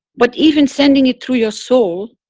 but, even sending it to your soul